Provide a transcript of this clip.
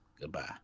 Goodbye